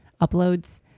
uploads